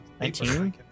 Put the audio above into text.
19